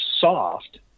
soft